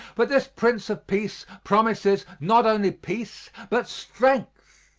but this prince of peace promises not only peace but strength.